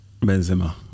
Benzema